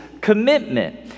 commitment